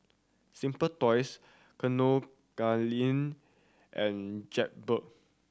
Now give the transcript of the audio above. Simply Toys Kinokuniya and Jaybird